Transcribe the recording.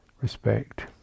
respect